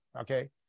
okay